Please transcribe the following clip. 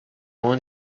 اون